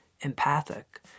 empathic